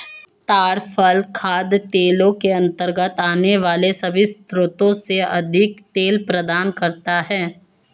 ताड़ फल खाद्य तेलों के अंतर्गत आने वाले सभी स्रोतों से अधिक तेल प्रदान करता है